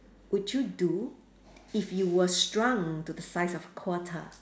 would you do if you were shrunk to the size of a quarter